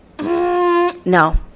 No